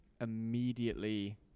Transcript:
immediately